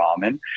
Ramen